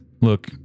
Look